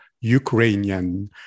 Ukrainian